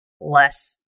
less